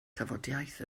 tafodiaith